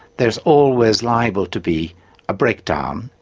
there's always liable to be a breakdown,